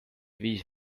viis